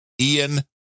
Ian